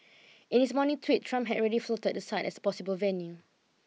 in his morning tweet Trump had already floated the site as a possible venue